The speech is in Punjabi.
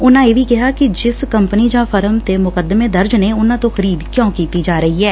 ਉਨਾਂ ਇਹ ਵੀ ਕਿਹਾ ਕਿ ਜਿਸ ਕੰਪਨੀ ਜਾਂ ਫਰਮ ਤੇ ਮੁਕੱਦਮੇ ਦਰਜ਼ ਨੇ ਉਨ੍ਹਾਂ ਤੋਂ ਖਰੀਦ ਕਿਉਂ ਕੀਤੀ ਜਾ ਰਹੀ ਐ